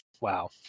Wow